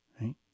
Right